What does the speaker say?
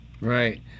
Right